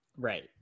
Right